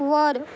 वर